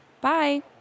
Bye